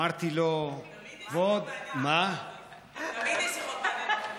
תמיד יש שיחות מעניינות עם מוזס.